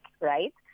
right